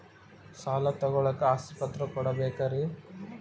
ಸಾಲ ತೋಳಕ್ಕೆ ಆಸ್ತಿ ಪತ್ರ ಕೊಡಬೇಕರಿ?